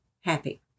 happy